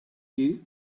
you